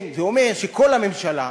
זה אומר שכל הממשלה,